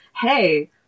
Hey